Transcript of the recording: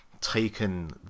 taken